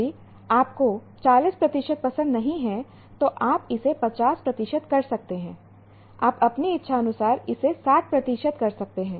यदि आपको 40 प्रतिशत पसंद नहीं है तो आप इसे 50 प्रतिशत कर सकते हैं आप अपनी इच्छानुसार इसे 60 प्रतिशत कर सकते हैं